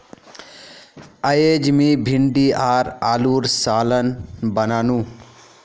अयेज मी भिंडी आर आलूर सालं बनानु